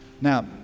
Now